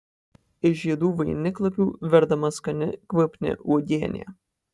iš žiedų vainiklapių verdama skani kvapni uogienė